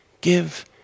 give